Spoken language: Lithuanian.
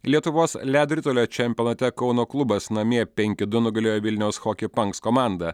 lietuvos ledo ritulio čempionate kauno klubas namie penki du nugalėjo vilniaus choki panks komandą